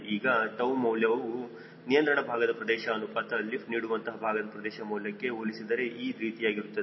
ಈಗ 𝜏 ಮೌಲ್ಯವು ನಿಯಂತ್ರಣ ಭಾಗದ ಪ್ರದೇಶ ಅನುಪಾತ ಲಿಫ್ಟ್ ನೀಡುವಂತಹ ಭಾಗದ ಪ್ರದೇಶ ಮೌಲ್ಯಕ್ಕೆ ಹೋಲಿಸಿದರೇ ಈ ರೀತಿಯಾಗಿರುತ್ತದೆ